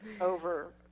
over